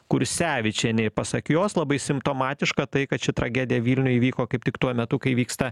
kursevičienė ir pasak jos labai simptomatiška tai kad ši tragedija vilniuj įvyko kaip tik tuo metu kai vyksta